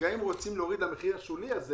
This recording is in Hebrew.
גם אם רוצים להוריד למחיר השולי הזה,